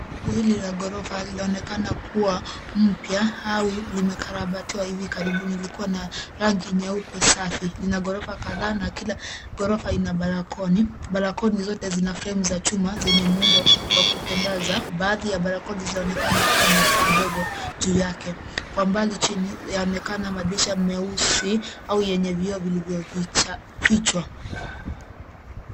Jengo hili la ghorofa linaonekana kuwa mpya au limekarabatiwa hivi karibuni. Liko na rangi nyeupe safi. Lina ghorofa kadhaa na kila ghorofa ina balakoni. Balakoni zote zina fremu za chuma zenye muundo wa kupendeza. Baadhi ya balakoni zinaonekana kuwa na paa dogo juu yake. Kwa mbali chini, yaonekana madirisha meusi au yenye vioo vilivyofichwa.